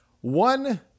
one